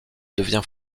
devient